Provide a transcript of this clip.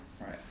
Right